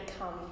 come